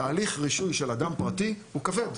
תהליך רישוי של אדם פרטי הוא כבד.